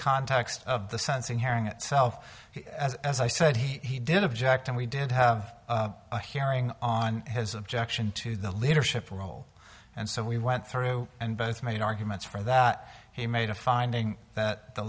context of the sensing hearing itself as i said he did object and we did have a hearing on his objection to the leadership role and so we went through and both made arguments for that he made a finding that the